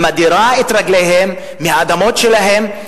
מדירה את רגליהם מהאדמות שלהם,